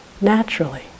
naturally